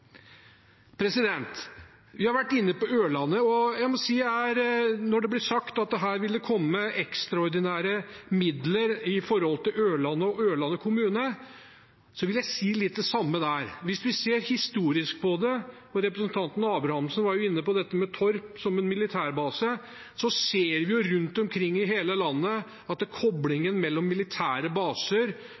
og når det blir sagt at her vil det komme ekstraordinære midler til Ørland og Ørland kommune, vil jeg si det er litt det samme der. Hvis vi ser historisk på det – representanten Sundbø Abrahamsen var jo inne på dette med Torp som en militærbase – så ser vi rundt omkring i hele landet at koblingen mellom militære baser